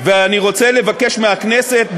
אני רוצה לבקש מהכנסת,